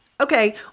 Okay